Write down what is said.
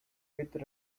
with